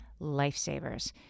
lifesavers